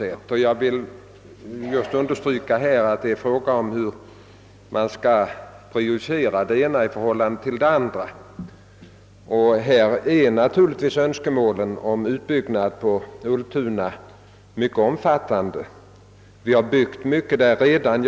Jag vill också understryka att det här gäller hur det ena skall prioriteras i förhållande till det andra och att för utbyggnaden av Ultuna önskemålen är omfattande, även om vi har byggt mycket där redan.